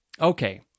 Okay